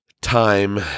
time